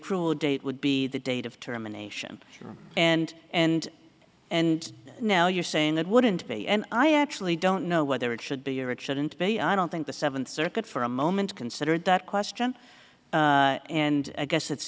l date would be the date of terminations and and and now you're saying that wouldn't be and i actually don't know whether it should be or it shouldn't be i don't think the seventh circuit for a moment considered that question and i guess